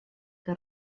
que